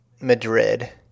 Madrid